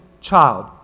child